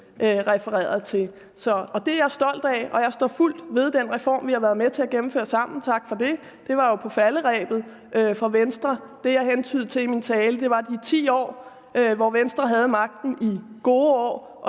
refererede til. Det er jeg stolt af, og jeg står fuldt ved den reform, som vi har været med til at gennemføre sammen – tak for det; det var jo på falderebet for Venstre. Det, jeg hentydede til i min tale, var de 10 år, hvor Venstre havde magten, de